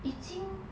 已经